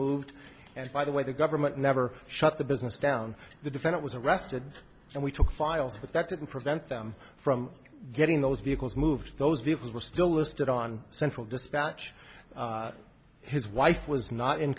moved and by the way the government never shut the business down the defendant was arrested and we took files but that didn't prevent them from getting those vehicles moved those vehicles were still listed on central dispatch his wife was not in